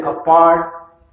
apart